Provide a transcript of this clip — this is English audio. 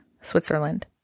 Switzerland